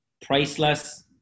priceless